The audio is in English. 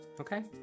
okay